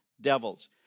devils